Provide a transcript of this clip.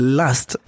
last